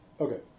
Okay